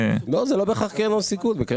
לא, זה לא בהכרח קרנות הון סיכון.